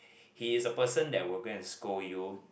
he is a person that will go and scold you